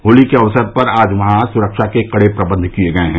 होली के अवसर पर आज वहां सुरक्षा के कडे प्रबंध किए गये हैं